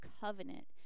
covenant